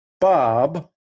Bob